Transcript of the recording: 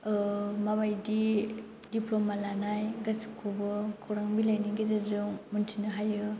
माबायदि दिप्ल'मा लानाय गासैखौबो खौरां बिलाइनि गेजेरजों मिन्थिनो हायो